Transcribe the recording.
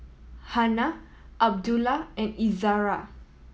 Hana Abdullah and Izzara